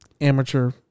amateur